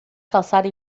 calçada